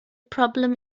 problem